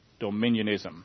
dominionism